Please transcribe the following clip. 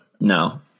No